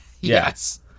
yes